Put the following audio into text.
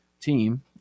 team